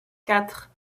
quatre